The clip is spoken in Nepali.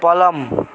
पलङ